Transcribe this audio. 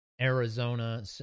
Arizona